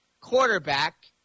quarterback